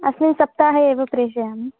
अस्मिन् सप्ताहे एव प्रेषयामि